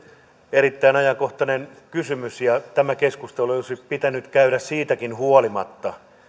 erittäin ajankohtainen kysymys ja tämä keskustelu olisi pitänyt käydä siitäkin huolimatta